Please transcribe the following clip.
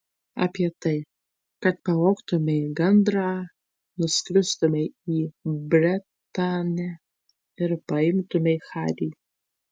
apie tai kad pavogtumei gandrą nuskristumei į bretanę ir paimtumei harį